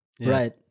right